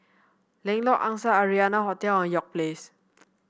Lengkok Angsa Arianna Hotel and York Place